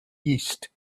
yeast